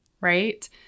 right